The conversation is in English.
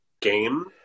game